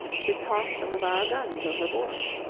to toss some of our guns overboard.